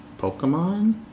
pokemon